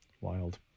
wild